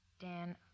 Dan